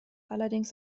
allerdings